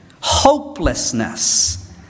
hopelessness